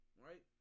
right